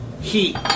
heat